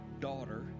daughter